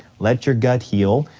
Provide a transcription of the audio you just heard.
let your gut heal,